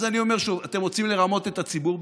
אני אומר שוב: אתם רוצים לרמות את הציבור?